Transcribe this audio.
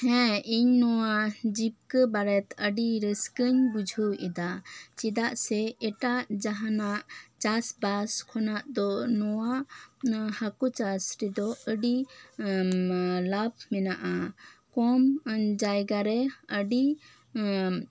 ᱦᱮᱸ ᱤᱧ ᱱᱚᱶᱟ ᱡᱤᱵᱠᱟᱹ ᱵᱟᱨᱮᱛᱮ ᱟᱹᱰᱤ ᱨᱟᱹᱥᱠᱟᱹᱧ ᱵᱩᱡᱷᱟᱹᱣ ᱮᱫᱟ ᱪᱮᱫᱟᱜ ᱥᱮ ᱮᱴᱟᱜ ᱡᱟᱦᱟᱸᱱᱟᱜ ᱪᱟᱥ ᱵᱟᱥ ᱠᱷᱚᱱᱟᱜ ᱫᱚ ᱱᱚᱶᱟ ᱦᱟᱹᱠᱩ ᱪᱟᱥ ᱨᱮᱫᱚ ᱟᱹᱰᱤ ᱟ ᱩᱢ ᱞᱟᱵᱷ ᱢᱮᱱᱟᱜᱼᱟ ᱠᱚᱢ ᱡᱟᱭᱜᱟ ᱨᱮ ᱟᱹᱰᱤ